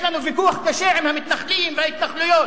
יש לנו ויכוח קשה עם המתנחלים וההתנחלויות.